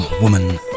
Woman